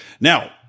Now